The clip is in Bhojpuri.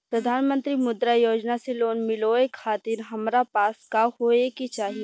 प्रधानमंत्री मुद्रा योजना से लोन मिलोए खातिर हमरा पास का होए के चाही?